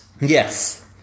Yes